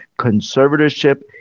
conservatorship